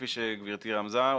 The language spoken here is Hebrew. כפי שגברתי רמזה,